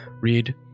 read